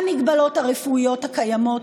במגבלות הרפואיות הקיימות,